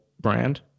brand